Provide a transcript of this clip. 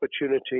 opportunity